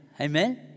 amen